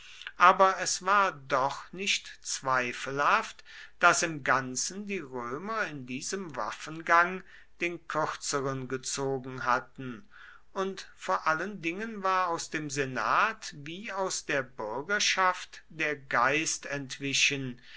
aber es war doch nicht zweifelhaft daß im ganzen die römer in diesem waffengang den kürzeren gezogen hatten und vor allen dingen war aus dem senat wie aus der bürgerschaft der geist entwichen